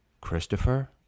Christopher